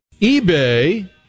eBay